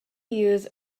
use